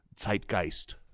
Zeitgeist